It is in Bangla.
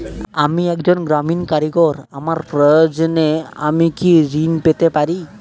আমি একজন গ্রামীণ কারিগর আমার প্রয়োজনৃ আমি কি ঋণ পেতে পারি?